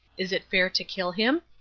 is it fair to kill him?